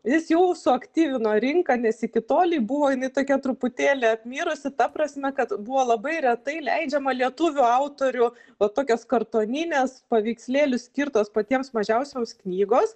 jis jau suaktyvino rinką nes iki tolei buvo jinai tokia truputėlį apmirusi ta prasme kad buvo labai retai leidžiama lietuvių autorių va tokios kartoninės paveikslėlių skirtos patiems mažiausiems knygos